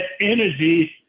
energy